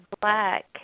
black